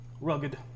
rugged